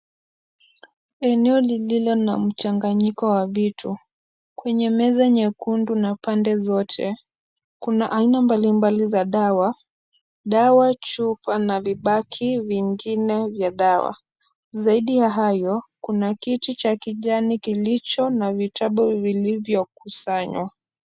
Eneo lililo na mchanganyiko wa vitu ,kwenye meza nyekundu na pande zote kuna aina mbalimbali za dawa, dawa ,chupa na vibaki vingine za dawa ,zaidi ya hayo kuna kiti cha kijani kilicho na vitabu zilizokusanywa .